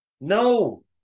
No